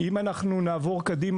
אם אנחנו נעבור קדימה,